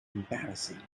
embarrassing